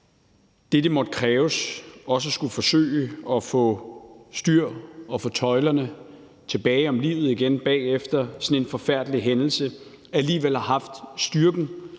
det, det må kræve også at skulle forsøge at få styr på og få tøjlerne tilbage om livet igen bagefter sådan en forfærdelig hændelse, alligevel har haft styrken